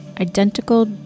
Identical